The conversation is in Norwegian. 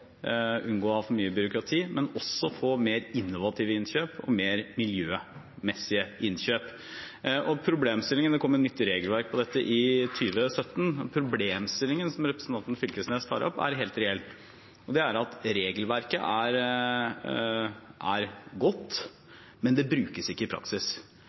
mye byråkrati, men også å få mer innovative innkjøp og mer miljømessige innkjøp. Det kom et nytt regelverk for dette i 2017. Problemstillingen som representanten Knag Fylkesnes tar opp, er helt reell. Den er at regelverket er godt, men det brukes ikke i praksis.